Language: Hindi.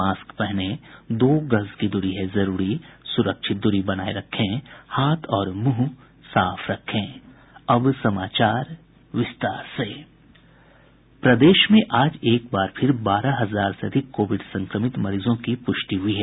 मास्क पहनें दो गज दूरी है जरूरी सुरक्षित दूरी बनाये रखें हाथ और मुंह साफ रखें अब समाचार विस्तार से प्रदेश में आज एक बार फिर बारह हजार से अधिक कोविड संक्रमित मरीजों की प्रष्टि हुई है